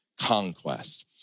conquest